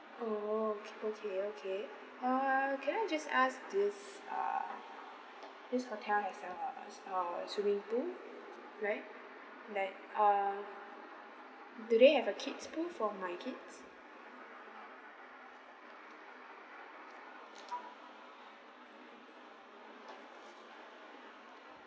oh okay okay err can I just ask this uh this hotel has a uh swimming pool like like err do they have a kids pool for my kids